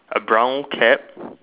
A brown cap